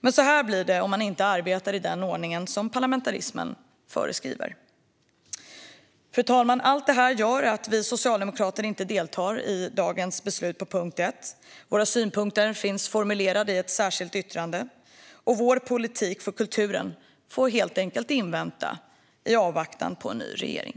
Men så här blir det om man inte arbetar enligt den ordning som parlamentarismen föreskriver. Fru talman! Allt det här gör att vi socialdemokrater inte deltar i dagens beslut under punkt 1. Våra synpunkter finns formulerade i ett särskilt yttrande. Vår politik för kulturen får helt enkelt vänta i avvaktan på en ny regering.